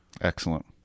excellent